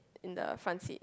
in the front seat